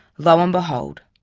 low and behold,